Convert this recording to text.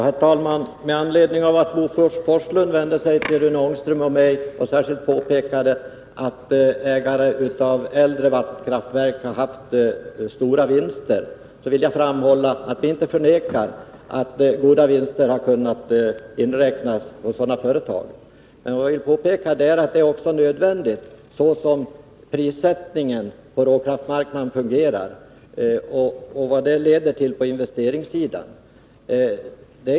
Herr talman! Med anledning av att Bo Forslund vände sig till Rune Ångström och mig och särskilt påpekade att ägare av äldre vattenkraftverk har haft stora vinster vill jag framhålla att vi inte förnekar att goda vinster har kunnat noteras av sådana företag. Detta är också nödvändigt med tanke på hur prissättningen på råkraftsmarknaden fungerar och vad det leder till på investeringssidan.